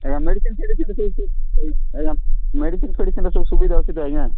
ଆଜ୍ଞା ମେଡିସିନ୍ ଫେଡିସିନ୍ ସେମିତି ଆଜ୍ଞା ମେଡିସିନ୍ ଫେଡ଼ିସିନ୍ର ସବୁ ସୁବିଧା ଅଛି ତ ଆଜ୍ଞା